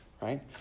right